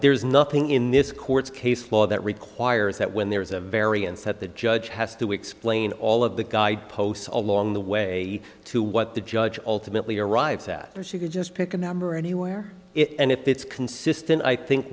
there's nothing in this court's case law that requires that when there is a variance that the judge has to explain all of the guideposts along the way to what the judge ultimately arrives at or she could just pick a number anywhere it and if it's consistent i think